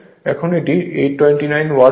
এখন এটি 829 ওয়াট হবে